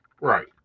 right